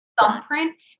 thumbprint